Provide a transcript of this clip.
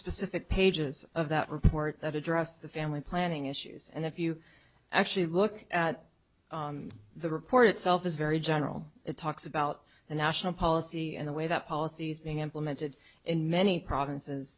specific pages of that report that address the family planning issues and if you actually look at the report itself is very general it talks about the national policy and the way that policies being implemented in many provinces